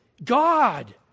God